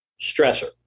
stressor